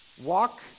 Walk